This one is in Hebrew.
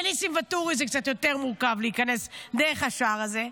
לניסים ואטורי זה קצת יותר מורכב להיכנס דרך השער הזה,